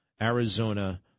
Arizona